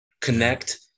connect